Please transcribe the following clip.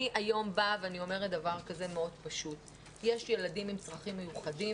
אני היום באה ואני אומרת דבר מאוד פשוט: יש ילדים עם צרכים מיוחדים.